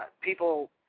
People